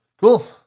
cool